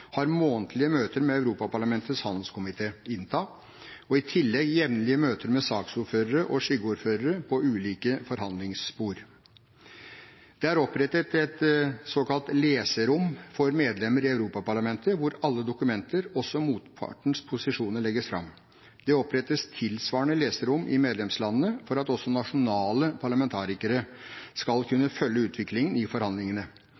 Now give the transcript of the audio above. har månedlige møter med Europaparlamentets handelskomité, INTA, og i tillegg jevnlige møter med saksordførere og skyggeordførere på ulike forhandlingsspor. Det er opprettet et såkalt leserom for medlemmene i Europaparlamentet hvor alle dokumenter, også motpartens posisjoner, legges fram. Det opprettes tilsvarende leserom i medlemslandene for at også nasjonale parlamentarikere skal kunne følge utviklingen i forhandlingene.